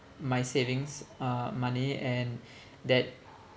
my savings uh money and that